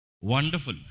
Wonderful